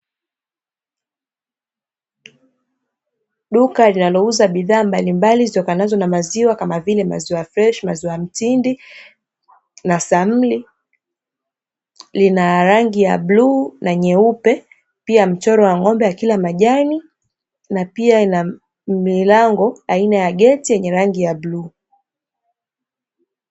Duka linalouza bidhaa mbalimbali zitokanazo na maziwa, kama vile: maziwa freshi, maziwa mtindi na samli, lina rangi ya bluu na nyeupe, pia mchoro wa ng'ombe akila majani na pia lina milango aina ya geti lenye rangi ya bluu.